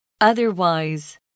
otherwise